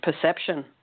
Perception